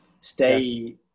stay